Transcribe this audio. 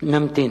נמתין.